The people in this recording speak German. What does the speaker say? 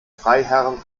freiherren